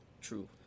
True